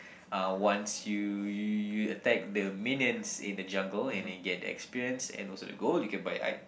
uh once you you attack the minions in the jungle and you get the experience and also the gold you can buy I